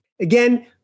Again